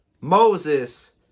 Moses